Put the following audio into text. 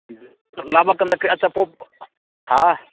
ꯂꯥꯛꯄ ꯀꯥꯟꯗ ꯀꯩ ꯑꯆꯥꯄꯣꯠ ꯍꯥ